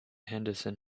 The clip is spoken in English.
henderson